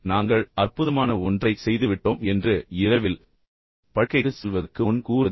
நாங்கள் அற்புதமான ஒன்றைச் செய்துவிட்டோம் என்று இரவில் படுக்கைக்குச் செல்வதற்கு முன் கூறுவது